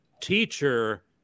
teacher